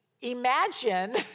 imagine